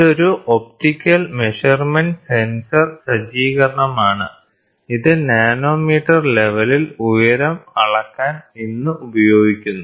ഇതൊരു optical measurement sensor സജ്ജീകരണമാണ് ഇത് നാനോമീറ്റർ ലെവലിൽ ഉയരം അളക്കാൻ ഇന്ന് ഉപയോഗിക്കുന്നു